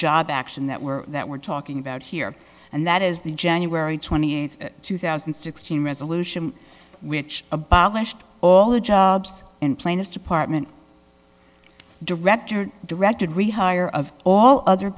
job action that we're that we're talking about here and that is the january twentieth two thousand and sixteen resolution which abolished all the jobs in plaintiff's department director directed we hire of all other